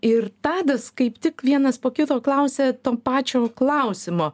ir tadas kaip tik vienas po kito klausė to pačio klausimo